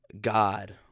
God